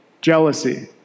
jealousy